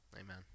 Amen